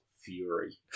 Fury